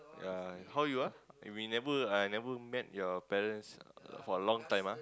ya how you are we never I never meet your parents for a long time ah